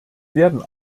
werden